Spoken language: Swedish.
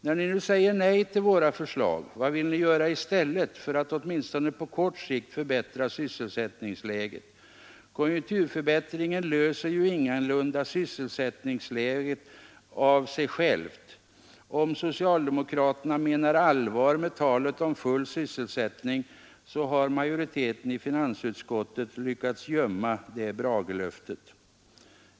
När ni nu säger nej till våra förslag — vad vill ni göra i stället för att åtminstone på kort sikt förbättra sysselsättningsläget? Konjunkturförbättringen löser ju ingalunda sysselsättningsproblemen av sig själv. Om socialdemokraterna menar allvar med talet om full sysselsättning, så har majoriteten i finansutskottet lyckats gömma det bragelöftet.